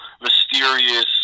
mysterious